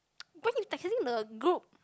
why you texting the group